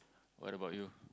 what about you